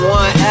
one